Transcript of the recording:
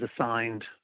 assigned